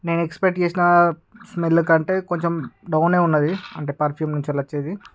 నేను ఎక్స్పెక్ట్ చేసినా స్మెల్లు కంటే కొంచెం డౌనే ఉన్నది అంటే పర్ఫ్యూమ్ నుంచి వచ్చేది